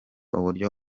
uburyo